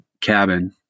cabin